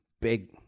big